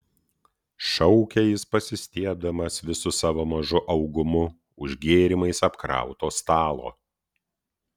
šaukė jis pasistiebdamas visu savo mažu augumu už gėrimais apkrauto stalo